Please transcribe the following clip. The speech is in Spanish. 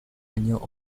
año